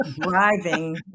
driving